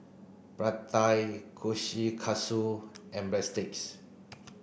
Pad Thai Kushikatsu and Breadsticks